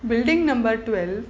building number twelve